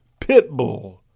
Pitbull